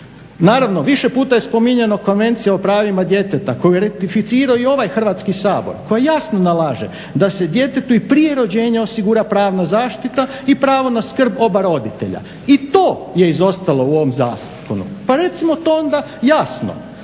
Naravno, više puta je spominjana Konvencija o pravima djeteta koju je ratificirao i ovaj Hrvatski sabor koja jasno nalaže da se djetetu i prije rođenja osigura pravna zaštita i pravo na skrb oba roditelja. I to je izostalo u ovom zakonu, pa recimo to onda jasno.